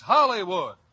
Hollywood